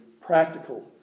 practical